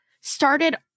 started